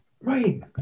Right